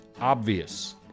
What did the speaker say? obvious